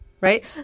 Right